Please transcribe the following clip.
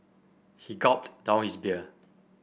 he gulped down his beer